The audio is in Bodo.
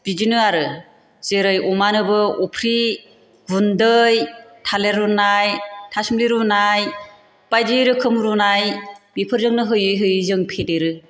बिदिनो आरो जेरै अमानोबो अफ्रि गुन्दै थालेर रुनाय था सुमब्लि रुनाय बायदि रोखोम रुनाय बेफोरजोंनो होयै होयै जों फेदेरो